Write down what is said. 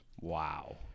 Wow